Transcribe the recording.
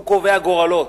הוא קובע גורלות.